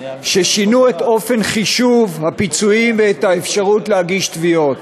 ששינו את אופן חישוב הפיצויים ואת האפשרות להגיש תביעות.